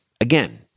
Again